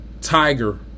Tiger